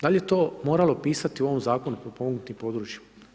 Dal' je to moralo pisati u ovom Zakonu o potpomognutim područjima?